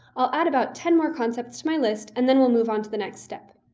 i'll add about ten more concepts to my list, and then we'll move on to the next step.